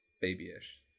babyish